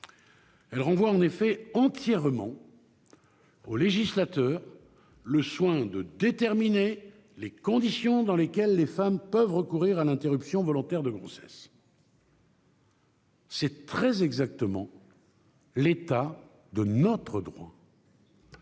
Elle renvoie en effet entièrement au législateur le soin de déterminer les conditions dans lesquelles les femmes peuvent recourir à l'interruption volontaire de grossesse. C'est, très exactement, l'état de notre droit.